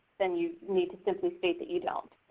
then you need to simply state that you don't.